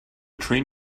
train